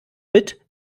mit